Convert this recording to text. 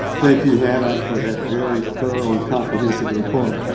thank you, hannah, for that very thorough and comprehensive report.